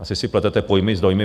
Asi si pletete pojmy s dojmy.